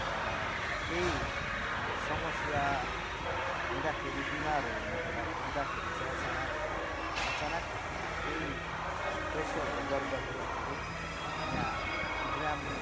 केही समस्या हुँदाखेरी बीमारहरू हुनको हुँदाखेरि चाहिँ अचानक अचानक केही प्रेसरहरू गडबड हुँदाखेरि यहाँ ग्राम